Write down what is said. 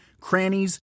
crannies